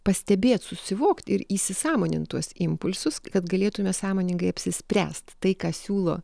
pastebėt susivokt ir įsisąmonint tuos impulsus kad galėtume sąmoningai apsispręst tai ką siūlo